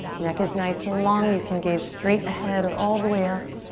neck is nice and long. you can gaze straight ahead or all the way up.